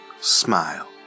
smile